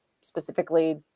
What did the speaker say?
specifically